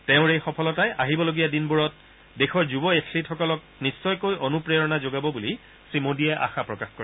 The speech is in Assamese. তেওঁৰ এই সফলতাই আহিব লগীয়া দিনবোৰত দেশৰ যুৱ এথলীটসকলক নিশ্চয়কৈ অনুপ্ৰেৰণা যোগাব বুলি শ্ৰীমোদীয়ে আশা প্ৰকাশ কৰে